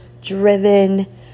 driven